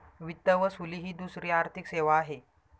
वित्त वसुली ही दुसरी आर्थिक सेवा आहे